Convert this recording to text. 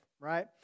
right